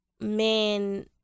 men